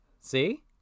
See